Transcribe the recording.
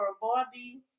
Bobby